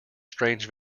strange